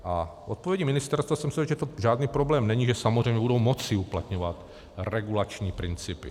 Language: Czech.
A v odpovědi ministerstva jsem se dočetl, že to žádný problém není, že samozřejmě budou moci a uplatňovat regulační principy.